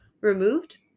removed